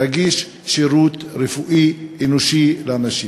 להגיש שירות רפואי אנושי לאנשים.